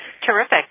Terrific